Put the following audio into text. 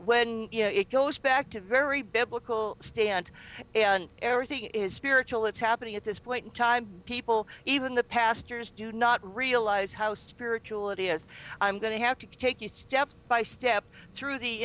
when it goes back to very biblical stance on everything is spiritual it's happening at this point in time people even the pastors do not realize how spiritual it is i'm going to have to keep you step by step through the